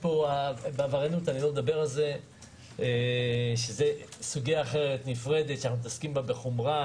ההיבט של העבריינות הוא סוגיה אחרת ונפרדת ואנחנו מתעסקים בה בחומרה.